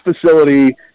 facility